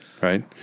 right